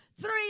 Three